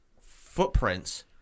footprints